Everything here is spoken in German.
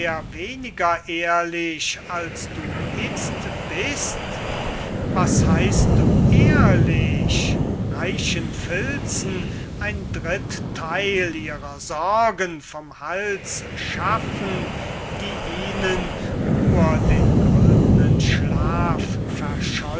weniger ehrlich als du izt bist was heist du ehrlich reichen filzen ein drittheil ihrer sorgen vom hals schaffen die ihnen nur den goldnen schlaf